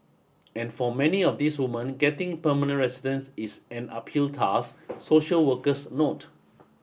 and for many of these women getting permanent residence is an uphill task social workers note